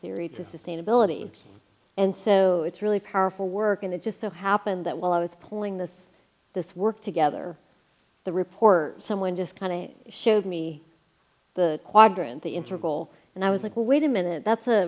theory to sustainability and so it's really powerful work and it just so happened that while i was pulling this this work together the report someone just kind of showed me the quadrant the interval and i was like wait a minute that's a